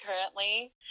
currently